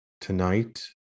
tonight